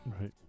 Right